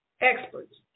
experts